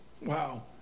Wow